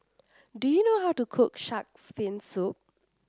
do you know how to cook shark's fin soup